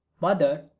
mother